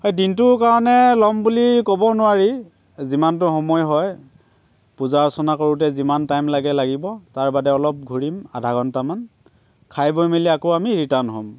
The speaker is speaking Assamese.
হয় দিনটোৰ কাৰণে ল'ম বুলি ক'ব নোৱাৰি যিমানটো সময় হয় পূজা অৰ্চনা কৰোঁতে যিমান টাইম লাগে লাগিব তাৰ বাদে ঘূৰিম আধা ঘণ্টামান খাই বৈ মেলি আকৌ আমি ৰিটাৰ্ণ হ'ম